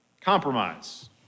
Compromise